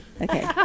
okay